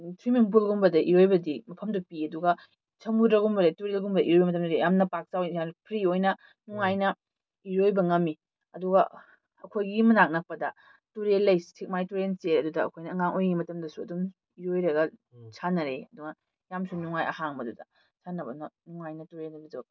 swimming ꯄꯨꯜꯒꯨꯝꯕꯗ ꯏꯔꯣꯏꯕꯗꯤ ꯃꯐꯝꯗꯨ ꯄꯤꯛꯏ ꯑꯗꯨꯒ ꯁꯃꯨꯗ꯭ꯔꯒꯨꯝꯕꯗ ꯇꯨꯔꯦꯜꯒꯨꯝꯕꯗ ꯏꯔꯣꯏꯕ ꯃꯇꯝꯗꯗꯤ ꯌꯥꯝꯅ ꯄꯥꯛ ꯆꯥꯎꯏ ꯌꯥꯝꯅ ꯐ꯭ꯔꯤ ꯑꯣꯏꯅ ꯅꯨꯡꯉꯥꯏꯅ ꯏꯔꯣꯏꯕ ꯉꯝꯃꯤ ꯑꯗꯨꯒ ꯑꯩꯈꯣꯏꯒꯤ ꯃꯅꯥꯛ ꯅꯛꯄꯗ ꯇꯨꯔꯦꯜ ꯂꯩ ꯁꯦꯛꯃꯥꯏ ꯇꯨꯔꯦꯜ ꯆꯦꯜꯂꯤ ꯑꯗꯨꯗ ꯑꯩꯈꯣꯏꯅ ꯑꯉꯥꯡ ꯑꯣꯏꯔꯤꯉꯩ ꯃꯇꯝꯗꯁꯨ ꯑꯗꯨꯝ ꯏꯔꯣꯏꯔꯒ ꯁꯥꯟꯅꯔꯛꯏ ꯑꯗꯨꯅ ꯌꯥꯝꯅꯁꯨ ꯅꯨꯡꯉꯥꯏ ꯑꯍꯥꯡꯕꯗ ꯁꯥꯟꯅꯕꯅ ꯅꯨꯡꯉꯥꯏꯅ ꯇꯨꯔꯦꯜꯗ ꯏꯔꯨꯖꯕ